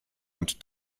und